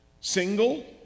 single